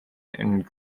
and